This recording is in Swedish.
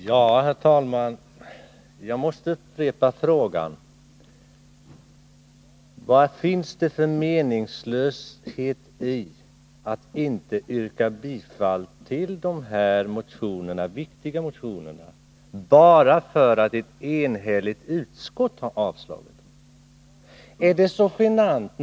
Herr talman! Jag måste upprepa frågan: Varför är det meningslöst att yrka bifall till de här motionerna — viktiga motioner — bara därför att ett enigt utskott avstyrkt dem? Är det genant att yrka bifall?